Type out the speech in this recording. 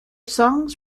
songs